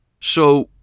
So